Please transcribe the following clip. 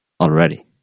already